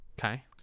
Okay